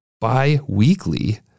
Bi-weekly